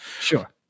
Sure